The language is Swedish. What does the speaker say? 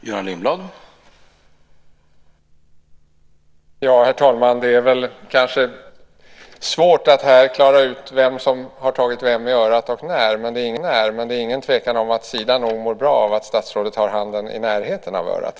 Herr talman! Det är kanske svårt att här klara ut vem som har tagit vem i örat och när. Men det råder ingen tvekan om att Sida nog mår bra av att statsrådet i alla fall har handen i närheten av örat.